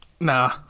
Nah